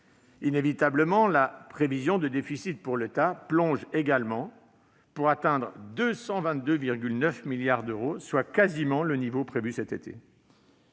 Inévitablement, la prévision de déficit pour l'État plonge également, pour atteindre 222,9 milliards d'euros, soit quasiment le niveau prévu l'été